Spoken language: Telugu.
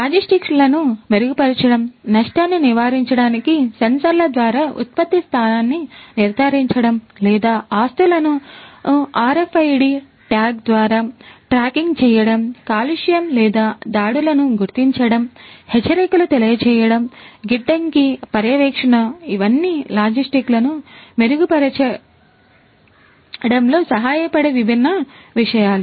లాజిస్టిక్లను మెరుగుపరచడం నష్టాన్ని నివారించడానికి సెన్సార్ల ద్వారా ఉత్పత్తి స్థానాన్ని పర్యవేక్షణ ఇవన్నీ లాజిస్టిక్లను మెరుగుపరచడంలో సహాయపడే విభిన్న విషయాలు